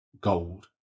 gold